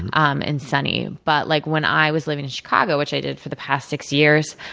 um and sunny. but, like when i was living in chicago, which i did for the past six years,